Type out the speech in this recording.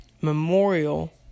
memorial